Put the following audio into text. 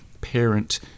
parent